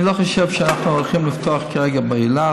אני לא חושב שאנחנו הולכים לפתוח כרגע באילת.